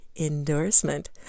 endorsement